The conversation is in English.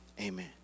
Amen